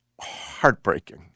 heartbreaking